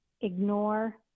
ignore